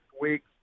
weeks